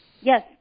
Yes